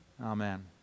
Amen